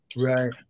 Right